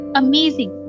amazing